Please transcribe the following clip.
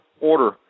order